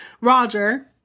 Roger